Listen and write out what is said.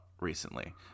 recently